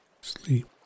Sleep